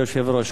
כבוד היושב-ראש,